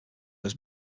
was